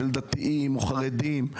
של דתיים או חרדים,